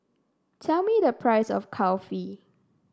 tell me the price of Kulfi